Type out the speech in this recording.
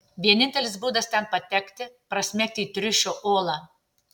vienintelis būdas ten patekti prasmegti į triušio olą